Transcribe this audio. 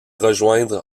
rejoindre